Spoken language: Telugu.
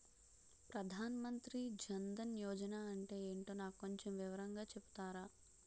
ప్రధాన్ మంత్రి జన్ దన్ యోజన అంటే ఏంటో నాకు కొంచెం వివరంగా చెపుతారా?